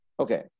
Okay